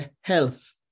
health